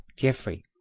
Geoffrey